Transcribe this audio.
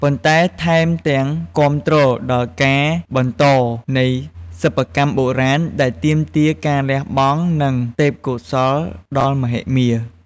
ប៉ុន្តែថែមទាំងគាំទ្រដល់ការបន្តនៃសិប្បកម្មបុរាណដែលទាមទារការលះបង់ និងទេពកោសល្យដ៏មហិមា។